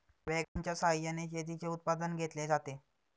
वॅगनच्या सहाय्याने शेतीचे उत्पादन घेतले जाते